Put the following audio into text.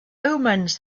omens